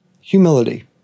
humility